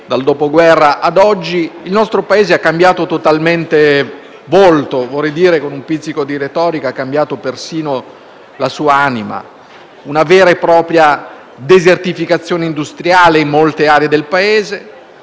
dal dopoguerra ad oggi - il Paese ha cambiato totalmente volto, vorrei dire, con un pizzico di retorica, ha cambiato persino la sua anima. Si è assistito ad una vera e propria desertificazione industriale in molte aree del